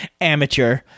Amateur